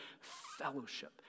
fellowship